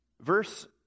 Verse